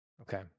Okay